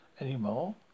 anymore